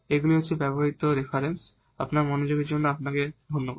এইগুলি ব্যবহৃত রেফারেন্স এবং আপনার মনোযোগের জন্য আপনাকে ধন্যবাদ